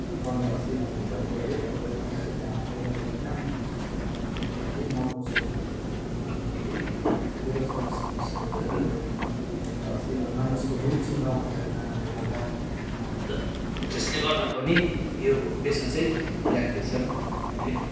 कमी हुन थाल्यो है अब त्यसरी हातले गरेको काम सस्तो दाममा बेच्दाखेरि नपोसाउने भएको कारणले गर्दाखेरि बेरोजगार समस्या धेरै बढेको कारणले गर्दाखेरि अर्को कुरा मानिसको रुचि नहुनुको कारणले गर्दा अन्त त्यसले गर्दा पनि यो पेसा चाहिँ त्याग्दैछन् अहिले